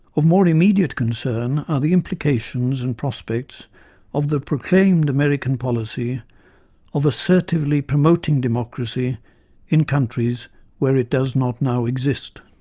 of more immediate concern are the implications and prospects of the proclaimed american policy of assertively promoting democracy in countries where it does not exist,